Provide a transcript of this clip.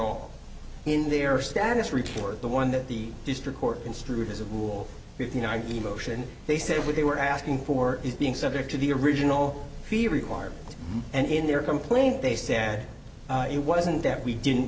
all in their status report the one that the district court construed as a rule fifty nine emotion they said what they were asking for it being subject to the original fee required and in their complaint they said it wasn't that we didn't